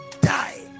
die